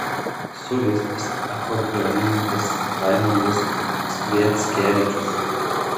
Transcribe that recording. solistas akordeonininkas raimondas sviackevičius